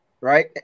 right